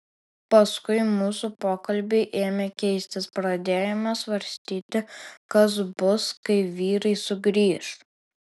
paskui mūsų pokalbiai ėmė keistis pradėjome svarstyti kas bus kai vyrai sugrįš